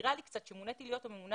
מזכירה לי שכאשר מוניתי להיות הממונה